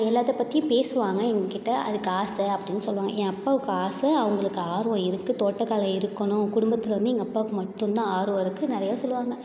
எல்லாத்தைப் பற்றியும் பேசுவாங்க என் கிட்ட அதுக்கு ஆசை அப்டின்னு சொல்வாங்க என் அப்பாவுக்கு ஆசை அவங்களுக்கு ஆர்வம் இருக்குது தோட்டக்கலை இருக்கணும் குடும்பத்தில் வந்து எங்கள் அப்பாவுக்கு மட்டுந்தான் ஆர்வம் இருக்குது நிறையா சொல்வாங்க